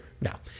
now